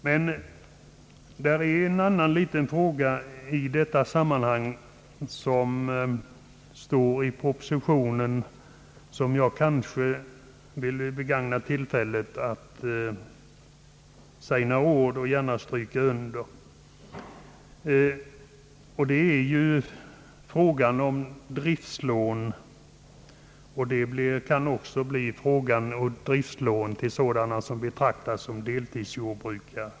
Men det är en annan fråga i detta sammanhang, som berörs i propositionen och som jag vill begagna tillfället att säga några ord om för att understryka dess betydelse. Det är frågan om driftslån. Det kan också bli fråga om driftslån till sådana personer som betraktas som deltidsjordbrukare.